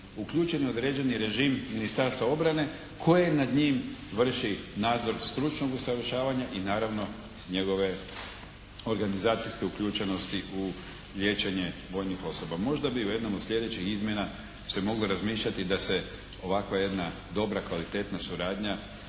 uključen je određeni režim Ministarstva obrane koje nad njim vrši nadzor stručnog usavršavanja i naravno njegove organizacijske uključenosti u liječenje vojnih osoba. Možda bi u jednom od slijedećih izmjena se moglo razmišljati da se ovakva jedna dobra, kvalitetna suradnja